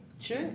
Sure